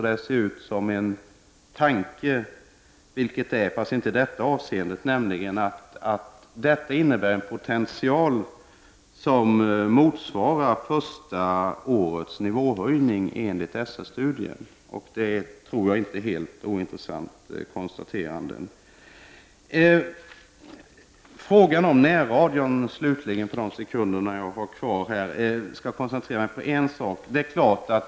Det innebär en potential som motsvarar första årets nivåhöjning enligt SR-studien. Och det tror jag inte är ett helt ointressant konstaterande. Jag vill slutligen ta upp frågan om närradion. Jag skall koncentrera mig på en sak.